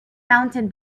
mountain